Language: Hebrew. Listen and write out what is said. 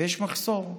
ויש מחסור.